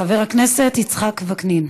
חבר הכנסת יצחק וקנין,